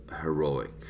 heroic